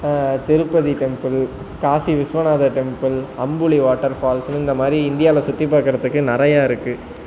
Tirupati temple Kashi Vishwanathar temple Ambuli water ஃபால்ஸ்ன்னு இந்த மாதிரி இந்தியாவில் சுற்றி பார்க்குறதுக்கு நிறையா இருக்குது